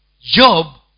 Job